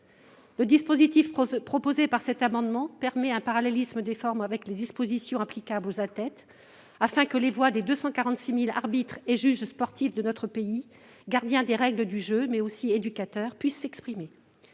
Le dispositif proposé par cet amendement permet un parallélisme des formes avec les dispositions applicables aux athlètes afin que les voix des 246 000 arbitres et juges sportifs de notre pays, gardiens des règles du jeu, puissent s'exprimer,